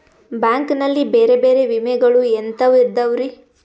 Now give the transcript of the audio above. Bank ನಲ್ಲಿ ಬೇರೆ ಬೇರೆ ವಿಮೆಗಳು ಎಂತವ್ ಇದವ್ರಿ?